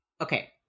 Okay